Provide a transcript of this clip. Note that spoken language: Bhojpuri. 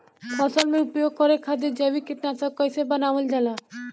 फसल में उपयोग करे खातिर जैविक कीटनाशक कइसे बनावल जाला?